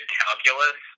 calculus